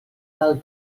del